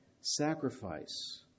sacrifice